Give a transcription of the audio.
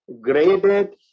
graded